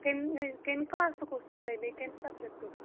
کَمہِ کَمہِ کٕلاسُک اوسوٕ تۄہہِ بیٚیہِ کَمہِ سَبجکٹُک